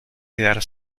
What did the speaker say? quedar